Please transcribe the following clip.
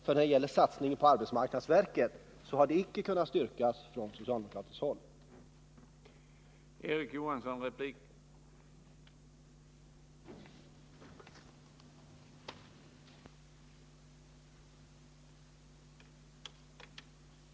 Vad beträffar satsningen på arbetsmarknadsverket har socialdemokraterna icke kunnat styrka att de haft ett annat, positivare synsätt.